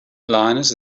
linus